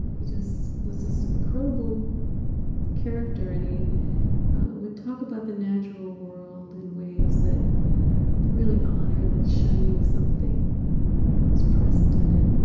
he just was this incredible character. and he would talk about the natural world in ways that really honored that shining something that was present in it.